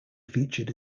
featured